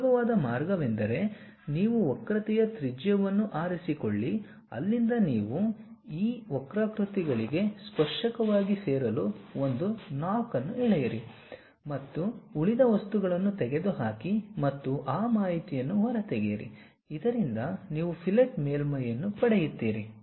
ಸುಲಭವಾದ ಮಾರ್ಗವೆಂದರೆ ನೀವು ವಕ್ರತೆಯ ತ್ರಿಜ್ಯವನ್ನು ಆರಿಸಿಕೊಳ್ಳಿ ಅಲ್ಲಿಂದ ನೀವು ಈ ವಕ್ರಾಕೃತಿಗಳಿಗೆ ಸ್ಪರ್ಶಕವಾಗಿ ಸೇರಲು ಒಂದು ನಾಕ್ ಅನ್ನು ಎಳೆಯಿರಿ ಮತ್ತು ಉಳಿದ ವಸ್ತುಗಳನ್ನು ತೆಗೆದುಹಾಕಿ ಮತ್ತು ಆ ಮಾಹಿತಿಯನ್ನು ಹೊರತೆಗೆಯಿರಿ ಇದರಿಂದ ನೀವು ಫಿಲೆಟ್ ಮೇಲ್ಮೈಯನ್ನು ಪಡೆಯುತ್ತೀರಿ